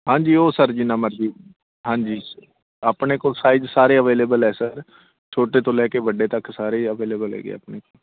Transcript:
ਹਾਂਜੀ ਉਹ ਸਰ ਜਿੰਨਾ ਮਰਜ਼ੀ ਹਾਂਜੀ ਆਪਣੇ ਕੋਲ ਸਾਈਜ਼ ਸਾਰੇ ਅਵੇਲੇਬਲ ਹੈ ਸਰ ਛੋਟੇ ਤੋਂ ਲੈ ਕੇ ਵੱਡੇ ਤੱਕ ਸਾਰੇ ਅਵੇਲੇਬਲ ਹੈਗੇ ਆਪਣੇ